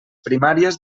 primàries